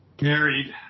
Married